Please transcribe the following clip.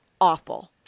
awful